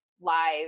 Live